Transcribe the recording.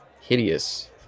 hideous